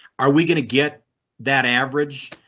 are we going to get that average?